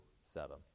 seven